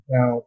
Now